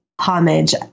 homage